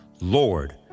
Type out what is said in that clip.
Lord